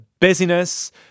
busyness